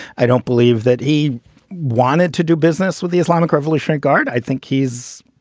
i don't believe that he wanted to do business with the islamic revolutionary guard. i think he's.